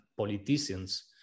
Politicians